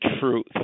truth